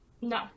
No